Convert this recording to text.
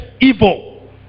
evil